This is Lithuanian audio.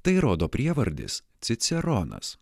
tai rodo prievardis ciceronas